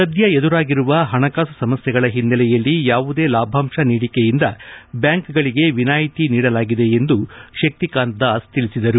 ಸದ್ಯ ಎದುರಾಗಿರುವ ಪಣಕಾಸು ಸಮಸ್ಥೆಗಳ ಓನ್ನೆಲೆಯಲ್ಲಿ ಯಾವುದೇ ಲಾಭಾಂಶ ನೀಡಿಕೆಯಿಂದ ಬ್ಯಾಂಕ್ಗಳಿಗೆ ವಿನಾಯಿತಿ ನೀಡಲಾಗಿದೆ ಎಂದು ಶಕ್ತಿಕಾಂತ್ ದಾಸ್ ತಿಳಿಸಿದರು